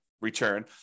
return